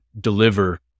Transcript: deliver